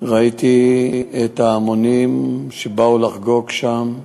ראיתי את ההמונים שבאו לחגוג שם,